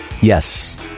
Yes